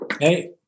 Hey